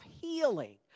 healing